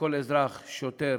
לכל אזרח שוטר